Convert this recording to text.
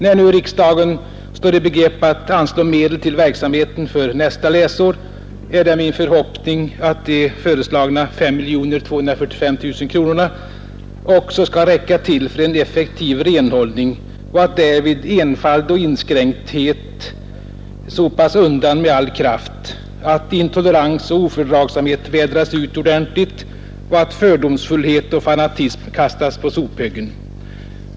När nu riksdagen står i begrepp att anslå medel till verksamheten för nästa läsår är det min förhoppning att de föreslagna 5 245 000 kronorna också skall räcka till för en effektiv renhållning och att därvid enfald och inskränkthet sopas undan med all kraft, att intolerans och ofördragsamhet vädras ut ordentligt och att fördomsfullhet och fanatism kastas på sophögen.